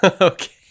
Okay